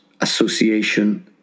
association